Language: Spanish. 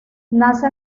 nace